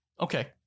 Okay